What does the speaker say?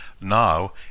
now